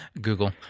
Google